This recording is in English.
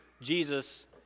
Jesus